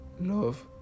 love